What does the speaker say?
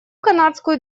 канадскую